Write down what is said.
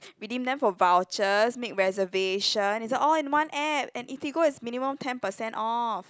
redeem them for vouchers make reservations it's a all in one app and Eatigo is minimum ten percent off